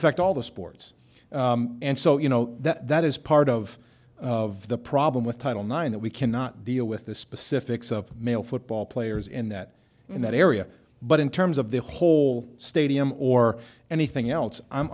affect all the sports and so you know that that is part of the problem with title nine that we cannot deal with the specifics of male football players in that in that area but in terms of the whole stadium or anything else i'm